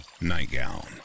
nightgown